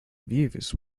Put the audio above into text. views